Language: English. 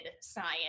science